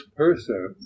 person